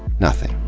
nothing.